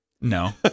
No